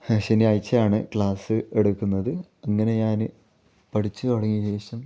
ശനിയാഴ്ചയാണ് ക്ലാസ് എടുക്കുന്നത് അങ്ങനെ ഞാൻ പഠിച്ചുതുടങ്ങിയ ശേഷം